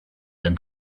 and